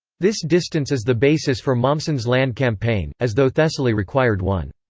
this distance is the basis for mommsen's land campaign, as though thessaly required one.